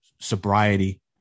sobriety